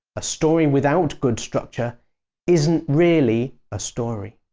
a story without good structure isn't really a story.